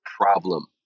problem